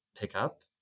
pickup